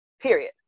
period